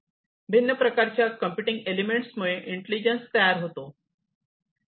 भिन्न प्रकारच्या computing elements मुळे इंटेलिजन्स तयार होतो